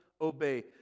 obey